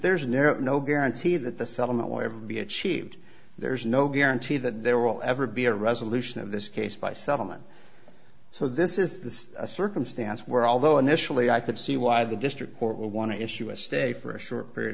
air no guarantee that the settlement will ever be achieved there's no guarantee that there will ever be a resolution of this case by settlement so this is a circumstance where although initially i could see why the district court will want to issue a stay for a short period